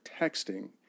texting